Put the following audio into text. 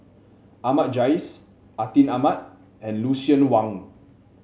Ahmad Jais Atin Amat and Lucien Wang